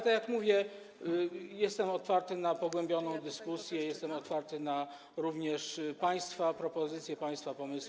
Tak jak mówię: jestem otwarty na pogłębioną dyskusję, jestem otwarty również na państwa propozycje, państwa pomysły.